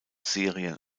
serien